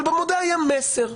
אבל במודעה היה מסר.